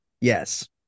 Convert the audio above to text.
Yes